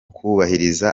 kubahiriza